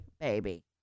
baby